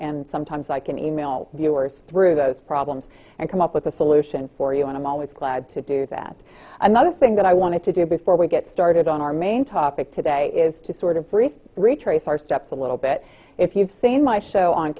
and sometimes like an e mail viewers through those problems and come up with a solution for you and i'm always glad to do that another thing that i want to do before we get started on our main topic today is to sort of retrace our steps a little bit if you've seen my show on